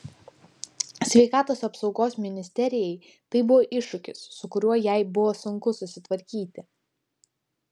sveikatos apsaugos ministerijai tai buvo iššūkis su kuriuo jai buvo sunku susitvarkyti